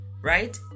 right